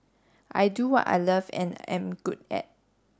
I do what I love and am good at